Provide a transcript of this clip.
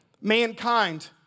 mankind